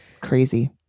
Crazy